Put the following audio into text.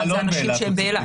אלה אנשים באילת.